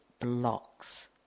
blocks